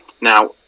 now